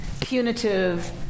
punitive